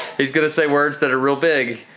he's gonna say words that are real big.